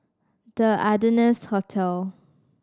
The Ardennes Hotel